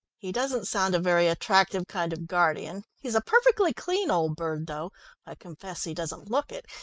he doesn't sound a very attractive kind of guardian. he's a perfectly clean old bird, though i confess he doesn't look it,